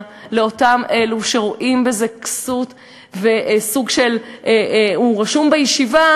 לאותם אלו שרואים בזה כסות וסוג של הוא רשום בישיבה,